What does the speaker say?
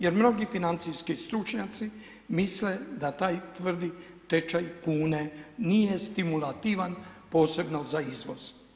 Jer mnogi financijski stručnjaci misle da taj tvrdi tečaj kune nije stimulativan, posebno za izvoz.